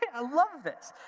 i love this.